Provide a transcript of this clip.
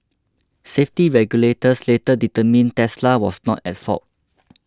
safety regulators later determined Tesla was not at fault